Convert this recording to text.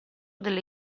delle